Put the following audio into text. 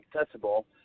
accessible